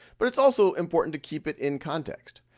but it's also important to keep it in context.